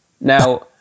Now